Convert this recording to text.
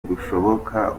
bushoboka